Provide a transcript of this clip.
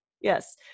yes